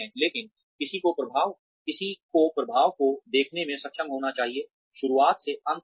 लेकिन किसी को प्रभाव को देखने में सक्षम होना चाहिए शुरुआत से अंत तक